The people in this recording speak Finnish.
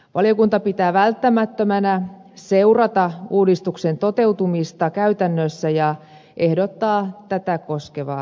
valiokunta pitää välttämättömänä seurata uudistuksen toteutumista käytännössä ja ehdottaa tätä koskevaa lausumaa